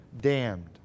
damned